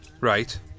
Right